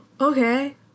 okay